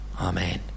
Amen